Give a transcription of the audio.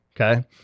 Okay